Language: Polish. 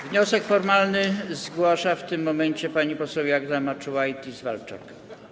Wniosek formalny zgłasza w tym momencie pani poseł Jagna Marczułajtis-Walczak.